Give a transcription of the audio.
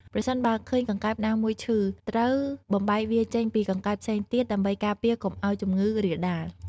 ប្រសិនបើឃើញកង្កែបណាមួយឈឺ ត្រូវបំបែកវាចេញពីកង្កែបផ្សេងទៀត ដើម្បីការពារកុំឲ្យជំងឺរាលដាល។